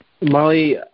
Molly